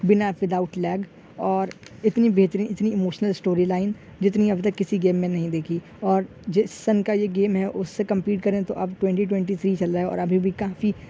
بنا without lag اور اتنی بہترین اتنی اموشنل اسٹوری لائن جتنی ابھی کسی گیم میں نہیں دیکھی اور جس سن کا یہ گیم ہے اس سے کمپیٹ کریں تو اب ٹونٹی ٹونٹی تھری چل رہا ہے اور ابھی بھی کافی